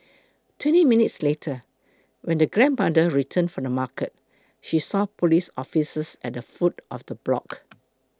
twenty minutes later when the grandmother returned from the market she saw police officers at the foot of the block